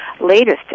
latest